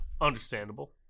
Understandable